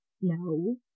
no